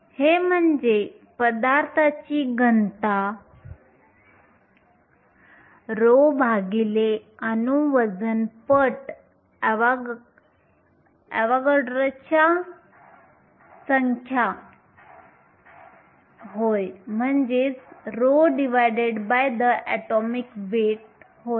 हे म्हणजे पदार्थाची घनता ρ भागले अणु वजन पट अवोगॅड्रोच्या संख्या ρ divided by the atomic weight होय